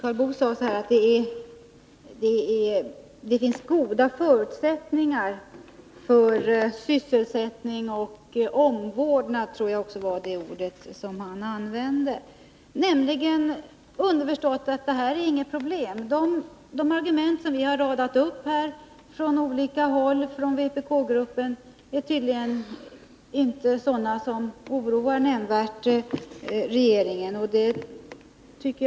Fru talman! Karl Boo sade att det finns goda förutsättningar för sysselsättning och omvårdnad — jag tror att det var det ordet som han använde. Det betyder underförstått att han anser att detta inte är något problem. De argument från olika håll som vi i vpk-gruppen har radat upp oroar tydligen inte regeringen nämnvärt.